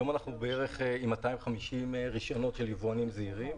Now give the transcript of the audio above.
היום אנחנו עם 250 רישיונות של יבואנים זעירים.